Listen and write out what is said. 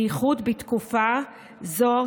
בייחוד בתקופה זו,